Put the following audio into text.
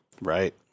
Right